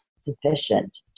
sufficient